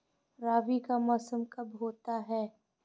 रबी का मौसम कब होता हैं?